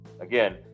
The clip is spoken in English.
Again